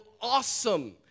awesome